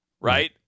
right